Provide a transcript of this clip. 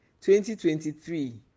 2023